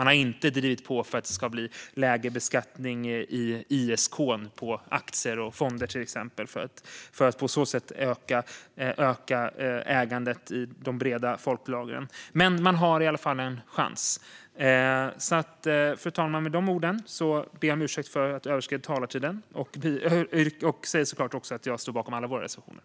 Man har inte heller drivit på för att det ska bli lägre beskattning av aktier och fonder i ISK och på så sätt öka ägandet i de breda folklagren. Men man har i alla fall en chans! Med de orden ber jag om ursäkt för att jag överskred min anmälda talartid. Jag vill också säga att jag självklart står bakom alla våra reservationer.